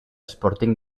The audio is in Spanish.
sporting